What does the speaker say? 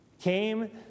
came